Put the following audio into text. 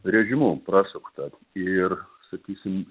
režimu prasukta ir sakysim